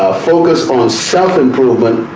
ah focus on and self improvement,